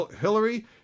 Hillary